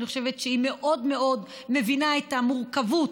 אני חושבת שהיא מאוד מאוד מבינה את המורכבות,